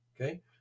Okay